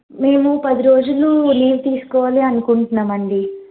మేము పది రోజులు లీవ్ తీసుకోవాలి అనుకుంటున్నాం అండి